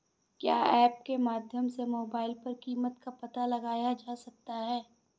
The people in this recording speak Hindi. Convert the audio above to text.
क्या ऐप के माध्यम से मोबाइल पर कीमत का पता लगाया जा सकता है?